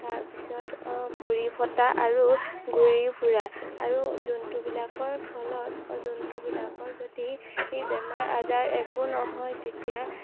তাৰপিছত ভৰি ফটা আৰু ঘূৰি ফুৰা আৰু জন্তুবিলাকৰ ফলত জন্তুবিলাকৰ যদি সেই বেমাৰ আজাৰ একো নহয় তেতিয়া